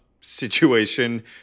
situation